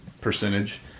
percentage